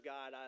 God